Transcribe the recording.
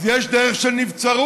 אז יש דרך של נבצרות,